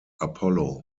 apollo